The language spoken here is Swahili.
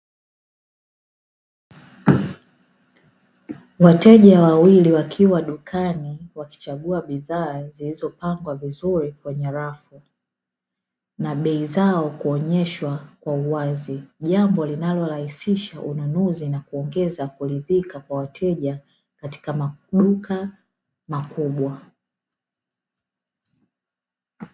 Wateja wawili wakiwa dukani, wakichagua bidhaa zilizopangwa vizuri kwenye rafu na bei zao kuonyeshwa kwa uwazi. Jambo linalorahisisha ununuzi na kuongeza kuridhika kwa wateja, katika maduka makubwa.